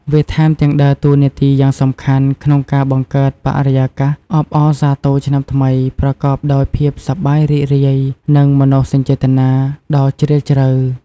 វាថែមទាំងដើរតួនាទីយ៉ាងសំខាន់ក្នុងការបង្កើតបរិយាកាសអបអរសាទរឆ្នាំថ្មីប្រកបដោយភាពសប្បាយរីករាយ និងមនោសញ្ចេតនាដ៏ជ្រាលជ្រៅ។